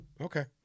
Okay